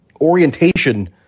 orientation